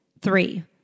Three